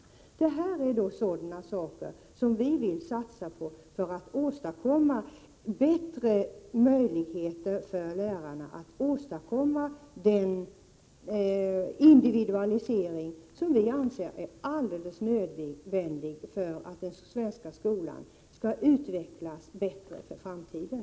Det är sådana saker som vi vill satsa på för att skapa bättre möjligheter för lärarna att åstadkomma den individualisering som vi anser är alldeles nödvändig för att den svenska skolan skall utvecklas bättre i framtiden.